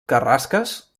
carrasques